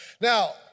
Now